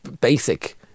basic